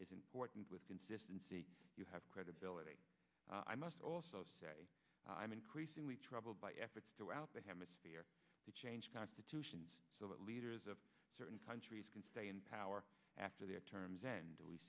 is important with consistency you have credibility i must also say i'm increasingly troubled by efforts throughout the hemisphere to change constitutions so that leaders of certain countries can stay in power after their terms and we